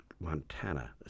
Montana